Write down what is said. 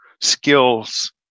skills